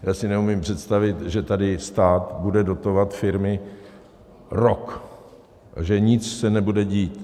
Já si neumím představit, že tady stát bude dotovat firmy rok a že nic se nebude dít.